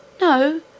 no